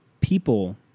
People